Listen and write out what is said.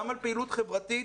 גם על פעילות חברתית,